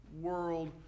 world